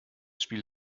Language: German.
spielt